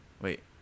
Wait